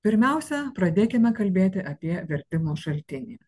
pirmiausia pradėkime kalbėti apie vertimo šaltinį